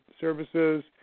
Services